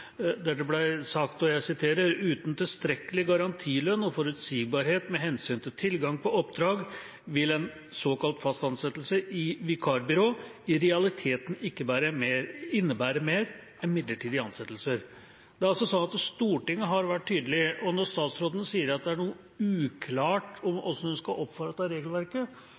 der det ble sagt: «Uten tilstrekkelig garantilønn og forutsigbarhet med hensyn til tilgang på oppdrag, vil en «fast ansettelse» i vikarbyrå i realiteten ikke innebære mer enn midlertidig ansettelse.» Det er altså sånn at Stortinget har vært tydelig. Når statsråden sier at det er noe uklart hvordan en skal oppfatte regelverket,